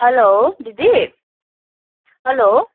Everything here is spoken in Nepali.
हलो दिदी हलो